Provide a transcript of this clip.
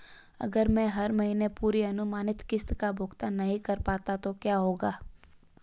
अगर मैं हर महीने पूरी अनुमानित किश्त का भुगतान नहीं कर पाता तो क्या होगा?